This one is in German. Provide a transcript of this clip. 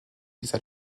dieser